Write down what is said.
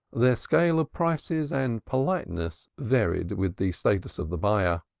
their scale of prices and politeness varied with the status of the buyer.